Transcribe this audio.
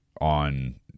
on